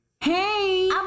Hey